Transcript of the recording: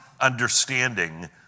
understanding